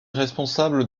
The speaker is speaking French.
responsables